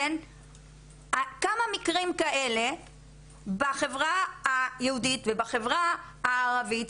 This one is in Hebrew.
כמה מקרים כאלה בחברה היהודית ובחברה הערבית,